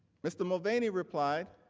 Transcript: mr. mulvaney replied,